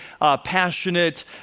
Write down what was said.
passionate